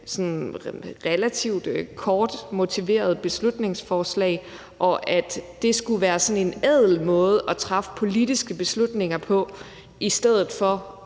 relativt kort motiverede beslutningsforslag, og at det skulle være sådan en ædel måde at træffe politiske beslutninger på i stedet for